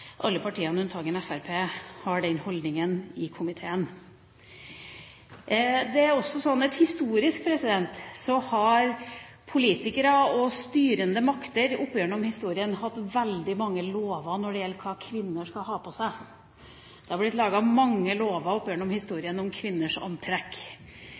alle partiene, unntatt Fremskrittspartiet, har den holdninga i komiteen. Det er også slik at politikere og styrende makter opp gjennom historien har hatt veldig mange lover når det gjelder hva kvinner skal ha på seg. Det har blitt laget mange lover opp gjennom